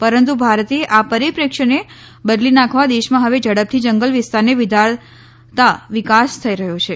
પરંતુ ભારતે આ પરીપ્રેક્ષ્યને બદલી નાંખવા દેશમાં હવે ઝડપથી જંગલ વિસ્તારને વધારતા વિકાસ થઇ રહયો છે